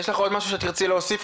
יש עוד משהו שתרצי להוסיף?